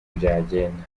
byagenda